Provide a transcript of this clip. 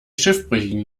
schiffbrüchigen